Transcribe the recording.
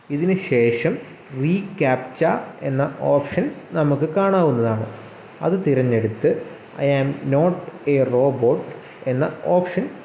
ഇതിന് ശേഷം റീകാപ്ച്ച എന്ന ഓപ്ഷൻ നമുക്ക് കാണാവുന്നതാണ് അത് തിരഞ്ഞെടുത്ത് I am not a robot എന്ന ഓപ്ഷൻ